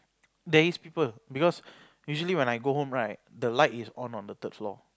there is people because usually when I go home right the light is on on the third floor